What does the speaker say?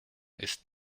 ist